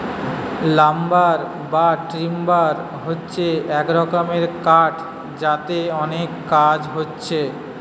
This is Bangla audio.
লাম্বার বা টিম্বার হচ্ছে এক রকমের কাঠ যাতে অনেক কাজ হচ্ছে